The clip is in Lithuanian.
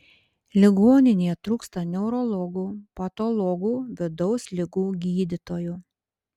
ligoninėje trūksta neurologų patologų vidaus ligų gydytojų